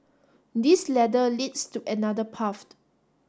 this ladder leads to another path